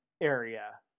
Area